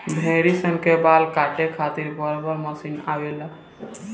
भेड़ी सन के बाल काटे खातिर बड़ बड़ मशीन आवेला